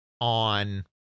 on